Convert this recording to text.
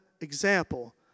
example